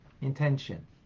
Intention